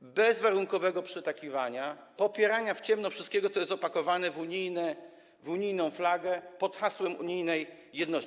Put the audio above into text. bezwarunkowego przytakiwania, popierania w ciemno wszystkiego, co jest opakowane w unijną flagę pod hasłem unijnej jedności.